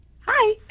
Hi